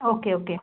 okay okay